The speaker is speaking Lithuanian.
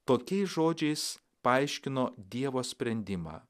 tokiais žodžiais paaiškino dievo sprendimą